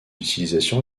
utilisation